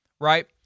right –